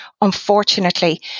unfortunately